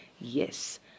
yes